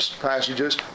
passages